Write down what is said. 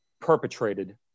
perpetrated